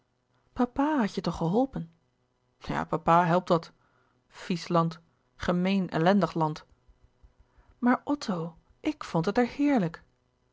had je toch geholpen ja papa helpt wat vies land gemeen ellendig land maar otto ik vond het er heerlijk